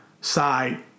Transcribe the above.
side